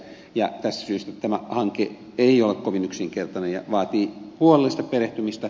tästä syystä tämä hanke ei ole kovin yksinkertainen ja vaatii huolellista perehtymistä